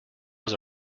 was